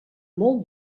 molt